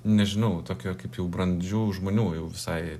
nežinau tokio kaip jau brandžių žmonių jau visai